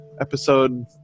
Episode